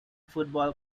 football